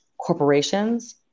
corporations